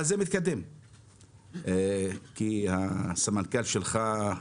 אבל זה מתקדם כי הסמנכ"ל שלך,